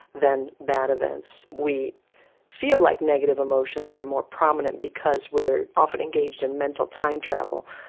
than bad events. we feel like negative emotions are more prominent because we are often engaged in mental time travel,